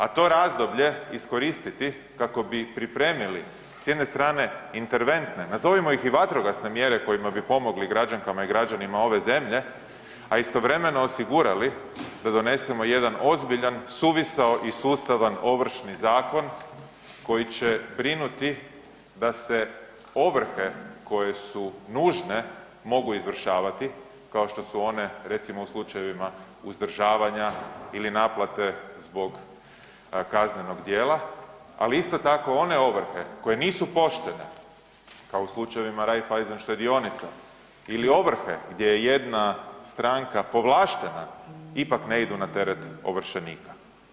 A to razdoblje iskoristiti kako bi pripremili s jedne strane interventne, nazovimo ih i vatrogasne mjere kojima bi pomogli građankama i građanima ove zemlje, a istovremeno osigurali da donesemo jedan ozbiljan, suvisao i sustavan Ovršni zakon koji će brinuti da se ovrhe koje su nužne, mogu izvršavati, kao što su one, recimo u slučajevima uzdržavanja ili naplate zbog kaznenog dijela, ali isto tako, one ovrhe koje nisu poštene, kao u slučajevima Raiffeisen štedionica ili ovrhe gdje jedna stranka povlaštena, ipak ne idu na teret ovršenika.